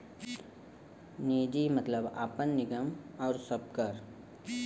निजी मतलब आपन, निगम आउर सबकर